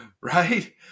Right